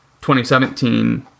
2017